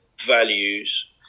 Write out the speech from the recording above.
values